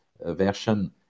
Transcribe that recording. version